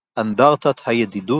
אנדרטת הידידות